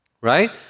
Right